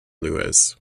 lewes